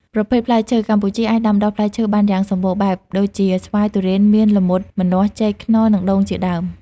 ប្រភេទផ្លែឈើ កម្ពុជាអាចដាំដុះផ្លែឈើបានយ៉ាងសម្បូរបែប ដូចជា ស្វាយ ធូរ៉េន មៀន ល្មុត ម្នាស់ ចេក ខ្នុរ និង ដូង ជាដើម។